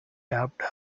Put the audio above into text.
tapped